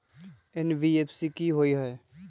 NBFC कि होअ हई?